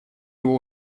его